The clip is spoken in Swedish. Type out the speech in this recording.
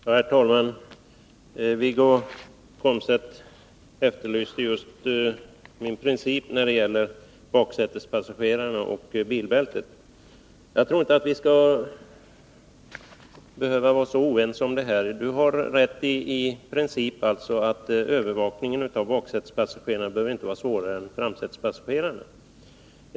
Herr talman! Wiggo Komstedt efterlyste min princip när det gäller användningen av bilbälten för baksätespassagerarna. Jag tycker inte att vi skall behöva vara oense om användningen av bilbälten. Wiggo Komstedt har i princip rätt i att övervakningen när det gäller baksätespassagerarna inte behöver vara svårare än när det gäller framsätespassagerarna.